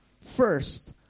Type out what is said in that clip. First